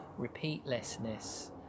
repeatlessness